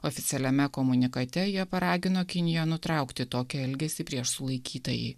oficialiame komunikate jie paragino kiniją nutraukti tokį elgesį prieš sulaikytąjį